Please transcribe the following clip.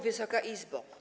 Wysoka Izbo!